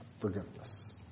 forgiveness